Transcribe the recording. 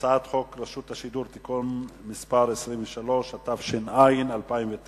הצעת חוק רשות השידור (תיקון מס' 23), התש"ע 2009,